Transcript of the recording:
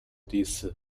disse